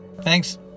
Thanks